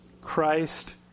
Christ